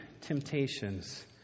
temptations